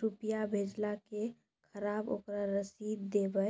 रुपिया भेजाला के खराब ओकरा रसीद देबे